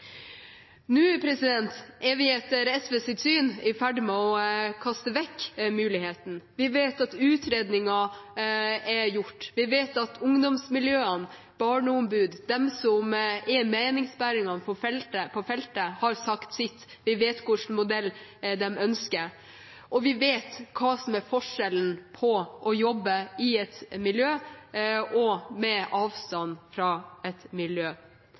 Nå er vi, etter SVs syn, i ferd med å kaste vekk muligheten. Vi vet at utredningen er gjort. Vi vet at ungdomsmiljøene, Barneombudet, de som er meningsbærere på feltet, har sagt sitt. Vi vet hva slags modell de ønsker seg. Og vi vet hva som er forskjellen på å jobbe i et miljø og med avstand til et miljø.